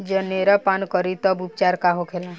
जनेरा पान करी तब उपचार का होखेला?